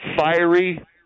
fiery